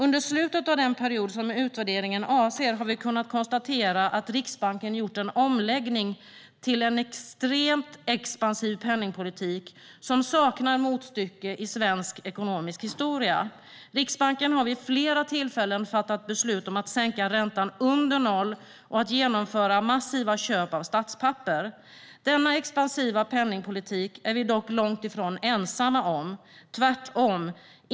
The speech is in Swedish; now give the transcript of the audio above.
Under slutet av den period som utvärderingen avser har vi kunnat konstatera att Riksbanken gjort en omläggning till en extremt expansiv penningpolitik som saknar motstycke i svensk ekonomisk historia. Riksbanken har vid flera tillfällen fattat beslut om att sänka räntan under noll och att genomföra massiva köp av statspapper. Denna expansiva penningpolitik är vi dock långt ifrån ensamma om, tvärtom.